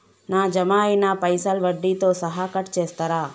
నా జమ అయినా పైసల్ వడ్డీతో సహా కట్ చేస్తరా?